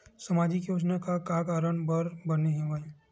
सामाजिक योजना का कारण बर बने हवे?